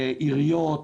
עיריות,